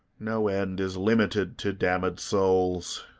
no end is limited to damned souls.